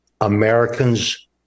Americans